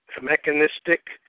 mechanistic